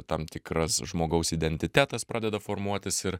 tam tikras žmogaus identitetas pradeda formuotis ir